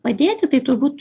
padėti tai turbūt